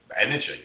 Energy